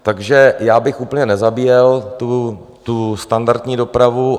Takže já bych úplně nezabíjel tu standardní dopravu.